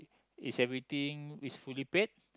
is everything is fully packed